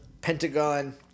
pentagon